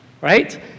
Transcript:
right